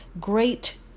great